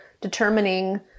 determining